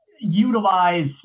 utilize